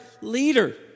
leader